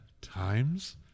times